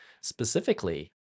specifically